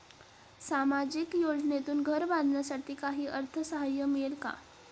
सामाजिक योजनेतून घर बांधण्यासाठी काही अर्थसहाय्य मिळेल का?